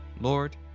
Lord